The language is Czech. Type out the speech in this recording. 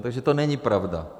Takže to není pravda.